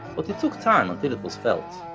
but it took time until it was felt.